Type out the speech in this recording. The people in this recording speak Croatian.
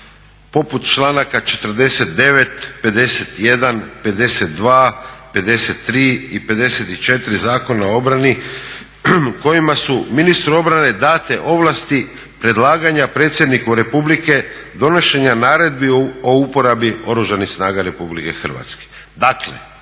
poput članaka 49., 51., 52., 53.i 54. Zakona o obrani kojima su ministru obrane date ovlasti predlaganja predsjedniku Republike donošenja naredbi o uporabi Oružanih snaga RH. Dakle,